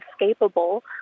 inescapable